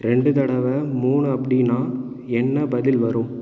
ரெண்டு தடவை மூணு அப்படின்னா என்ன பதில் வரும்